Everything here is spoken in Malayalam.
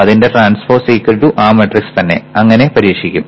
അതിന്റെ ട്രാൻസ്പോസ് ആ മാട്രിക്സ് തന്നെ അങ്ങനെ പരീക്ഷിക്കും